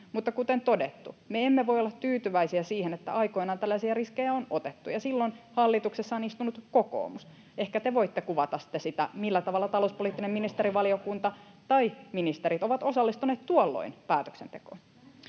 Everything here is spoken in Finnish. Mutta kuten todettu, me emme voi olla tyytyväisiä siihen, että aikoinaan tällaisia riskejä on otettu, ja silloin hallituksessa on istunut kokoomus. Ehkä te voitte kuvata sitten sitä, millä tavalla talouspoliittinen ministerivaliokunta tai ministerit ovat osallistuneet tuolloin päätöksentekoon.